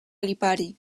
lipari